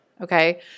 okay